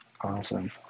Awesome